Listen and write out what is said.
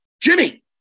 Jimmy